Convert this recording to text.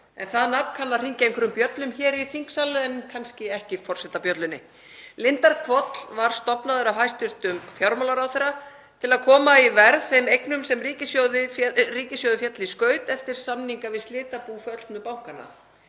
en það nafn kann að hringja einhverjum bjöllum hér í þingsal en kannski ekki forsetabjöllunni. Lindarhvoll var stofnaður af hæstv. fjármálaráðherra til að koma í verð þeim eignum sem ríkissjóði féllu í skaut eftir samninga við slitabú föllnu bankanna.